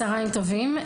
צוהריים טובים,